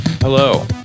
Hello